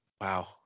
Wow